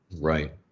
Right